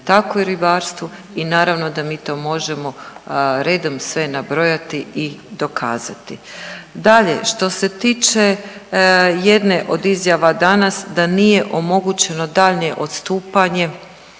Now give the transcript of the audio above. tako i u ribarstvu i naravno da mi to možemo redom sve nabrojati i dokazati. Dalje, što se tiče jedne od izjava danas da nije omogućeno daljnje odstupanje